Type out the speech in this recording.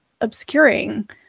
obscuring